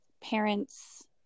parents